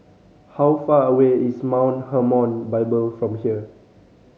how far away is Mount Hermon Bible from here